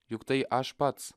juk tai aš pats